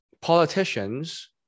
politicians